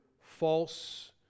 false